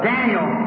Daniel